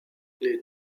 les